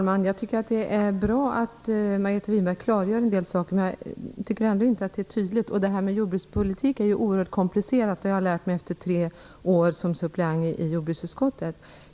Fru talman! Det är bra att Margareta Winberg klargör en del saker, men jag tycker ändå inte att det är tydligt. Jordbrukspolitik är ju oerhört komplicerat, det har jag lärt mig efter tre år som suppleant i jordbruksutskottet.